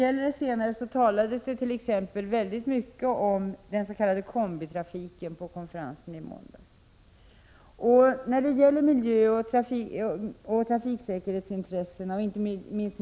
1986/87:122 det gäller det senare talades t.ex. mycket om s.k. kombitrafik på konferen — 13 maj 1987 sen i måndags.